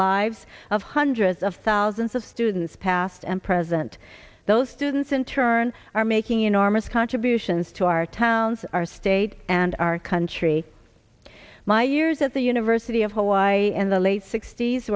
lives of hundreds of thousands of students past and present those students in turn are making enormous contributions to our towns our state and our country my years at the university of hawaii and the late sixt